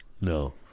no